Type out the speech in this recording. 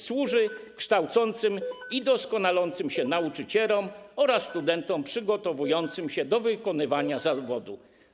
Służy kształcącym i doskonalącym się nauczycielom oraz studentom przygotowującym się do wykonywania zawodu.